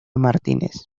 martínez